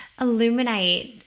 illuminate